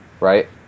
right